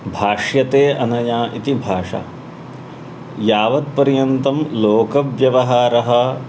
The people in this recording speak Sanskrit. भाष्यते अनया इति भाषा यावत्पर्यन्तं लोकव्यवहारः